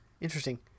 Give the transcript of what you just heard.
Interesting